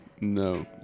No